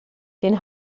den